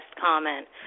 comment